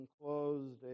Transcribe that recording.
enclosed